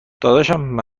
داداشم